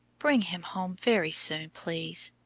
bring him home very soon, please,